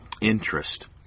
interest